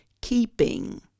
keeping